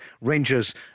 Rangers